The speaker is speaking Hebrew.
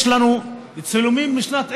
יש לנו צילומים משנת 1936,